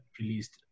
released